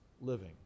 living